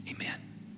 Amen